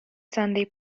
sunday